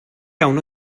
iawn